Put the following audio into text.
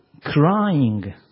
crying